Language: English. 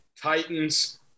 Titans